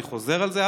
אני חוזר על זה,